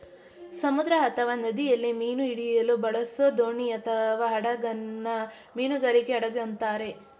ಸಮುದ್ರ ಅಥವಾ ನದಿಯಲ್ಲಿ ಮೀನು ಹಿಡಿಯಲು ಬಳಸೋದೋಣಿಅಥವಾಹಡಗನ್ನ ಮೀನುಗಾರಿಕೆ ಹಡಗು ಅಂತಾರೆ